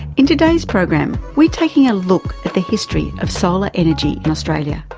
in today's program we're taking a look at the history of solar energy in australia.